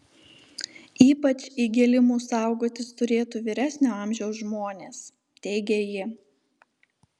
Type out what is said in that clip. ypač įgėlimų saugotis turėtų vyresnio amžiaus žmonės teigia ji